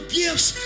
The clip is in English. gifts